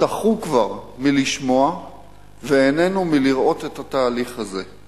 טחו כבר מלשמוע ועינינו מלראות את התהליך הזה.